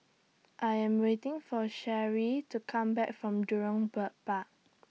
I Am waiting For Sherry to Come Back from Jurong Bird Park